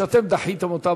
ואתם דחיתם אותן,